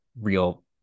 real